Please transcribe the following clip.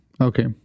Okay